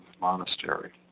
monastery